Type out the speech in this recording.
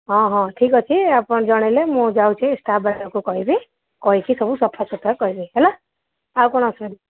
ହଁ ହଁ ଠିକ୍ ଅଛି ଆପଣ ଜଣେଇଲେ ମୁଁ ଯାଉଛି ଷ୍ଟାଫ୍ମାନଙ୍କୁ କହିବି କହିକି ସବୁ ସଫାସୁତରା କରିବି ହେଲା ଆଉ କ'ଣ ଅସୁବିଧା